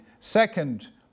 Second